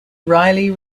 riley